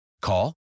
Call